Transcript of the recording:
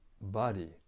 Body